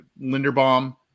Linderbaum